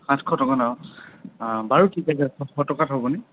সাতশ টকাত অঁ বাৰু ঠিক আছে ছশ টকাত হ'বনে